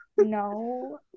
No